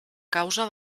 causa